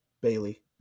Bailey